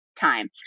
time